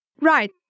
Right